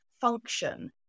function